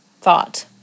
thought